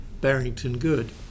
Barrington-Good